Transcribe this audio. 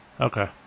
okay